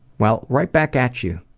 well, right back at you,